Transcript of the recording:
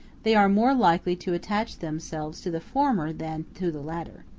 they are more likely to attach themselves to the former than to the latter.